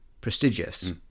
prestigious